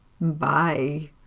Bye